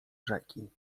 rzeki